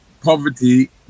poverty